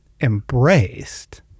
embraced